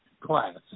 class